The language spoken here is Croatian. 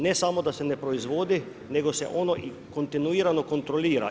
Ne samo da se ne proizvodi, nego se ono i kontinuirano kontrolira.